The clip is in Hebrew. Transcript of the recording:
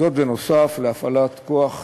זאת נוסף על הפעלת כוח